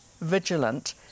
vigilant